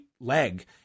leg